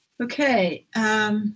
Okay